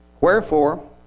Wherefore